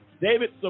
David